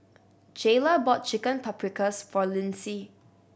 Jayla bought Chicken Paprikas for Lyndsey